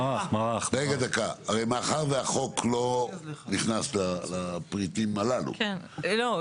מאחר שהחוק לא נכנס לפריטים הללו --- לא.